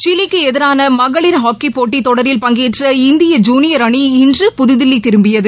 சிலிக்கு எதிரான மகளிர் ஹாக்கி போட்டி தொடரில் பங்கேற்ற இந்திய ஜுனியர் அணி இன்று புதுதில்லி திரும்பியது